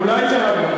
אולי תירגע?